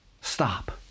Stop